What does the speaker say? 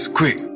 quick